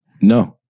No